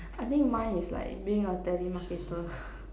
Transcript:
I think mine is like being a telemarketer